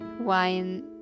Wine